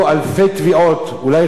אולי רבבות של תביעות,